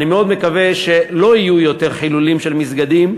אני מאוד מקווה שלא יהיו יותר חילולים של מסגדים,